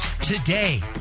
today